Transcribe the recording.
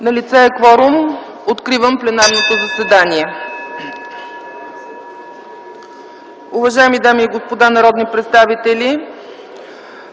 Налице е кворум. Откривам пленарното заседание. (Звъни.) Уважаеми дами и господа народни представители,